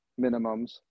minimums